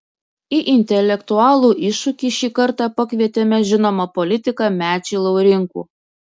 į intelektualų iššūkį šį kartą pakvietėme žinomą politiką mečį laurinkų